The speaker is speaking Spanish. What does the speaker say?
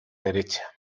derecha